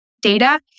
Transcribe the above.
data